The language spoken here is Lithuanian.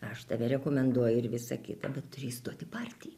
aš tave rekomenduoju ir visa kita bet turi įstoti į partiją